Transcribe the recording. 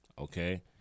okay